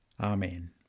Amen